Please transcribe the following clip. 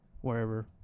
wherever